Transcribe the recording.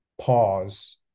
pause